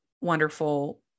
wonderful